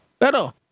Pero